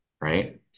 right